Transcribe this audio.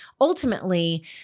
ultimately